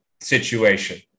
situation